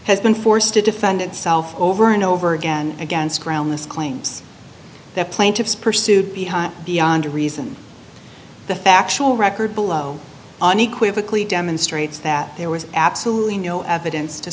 has been forced to defend itself over and over again against groundless claims that plaintiffs pursued behind beyond reason the factual record below on equivocally demonstrates that there was absolutely no evidence to